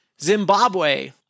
Zimbabwe